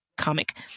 Comic